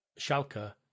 Schalke